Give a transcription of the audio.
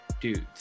dudes